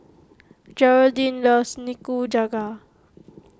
Geraldine loves Nikujaga